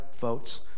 votes